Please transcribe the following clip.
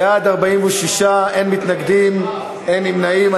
בעד, 46, אין מתנגדים, אין נמנעים.